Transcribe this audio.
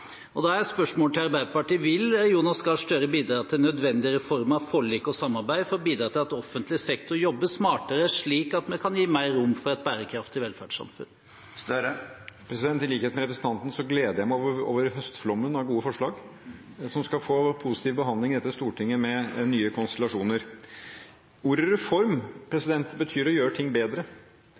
kronene. Da er spørsmålet til Arbeiderpartiet: Vil Jonas Gahr Støre bidra til nødvendige reformer, forlik og samarbeid for å bidra til at offentlig sektor jobber smartere, slik at vi kan gi mer rom for et bærekraftig velferdssamfunn? I likhet med representanten gleder jeg meg over høstflommen av gode forslag, som skal få positiv behandling i dette stortinget med nye konstellasjoner. Ordet «reform» betyr å gjøre ting bedre.